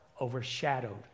overshadowed